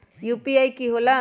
UPI कि होला?